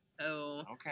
Okay